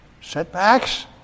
setbacks